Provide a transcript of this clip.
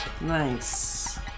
Nice